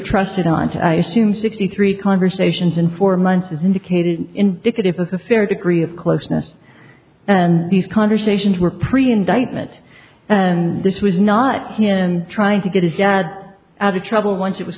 trusted onto i assume sixty three conversations in four months is indicated indicative of a fair degree of closeness and these conversations were pretty indictment and this was not him trying to get his dad out of trouble once it was